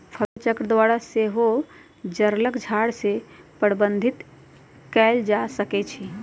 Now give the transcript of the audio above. फसलचक्र द्वारा सेहो जङगल झार के प्रबंधित कएल जा सकै छइ